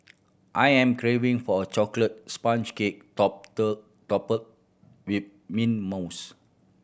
I am craving for a chocolate sponge cake topped with mint mousse